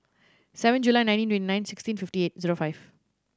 seven July nineteen twenty nine sixteen fifty eight zero five